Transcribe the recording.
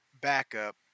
backup